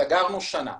סגרנו שנה.